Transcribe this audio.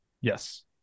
yes